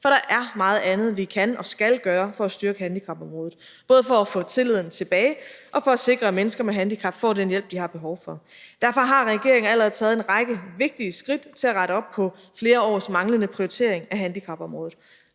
for der er meget andet, vi kan og skal gøre for at styrke handicapområdet – både for at få tilliden tilbage og for at sikre, at mennesker med handicap får den hjælp, de har behov for. Derfor har regeringen allerede taget en række vigtige skridt til at rette op på flere års manglende prioritering af handicapområdet.